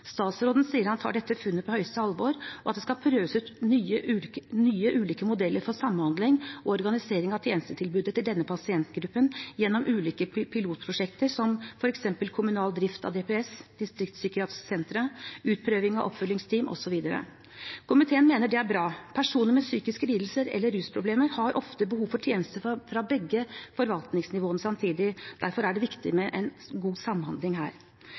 Statsråden sier at han tar dette funnet på høyeste alvor, og at det skal prøves ut nye ulike modeller for samhandling og organisering av tjenestetilbudet til denne pasientgruppen gjennom ulike pilotprosjekter, som f.eks. kommunal drift av DPS, distriktspsykiatriske sentre, utprøving av oppfølgingsteam osv. Komiteen mener det er bra. Personer med psykiske lidelser eller rusproblemer har ofte behov for tjenester fra begge forvaltningsnivåene samtidig. Derfor er det viktig med en god samhandling her.